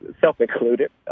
self-included